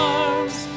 arms